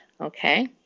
Okay